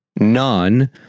none